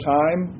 time